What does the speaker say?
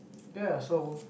ya so